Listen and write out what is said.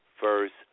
first